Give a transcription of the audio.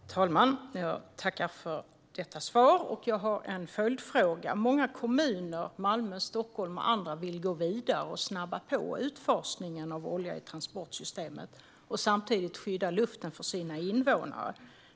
Herr talman! Jag tackar för detta svar och har en följdfråga. Många kommuner - Malmö, Stockholm och andra - vill gå vidare och snabba på utfasningen av olja i transportsystemet och samtidigt skydda luften för sina invånare.